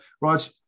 Raj